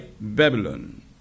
Babylon